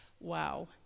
wow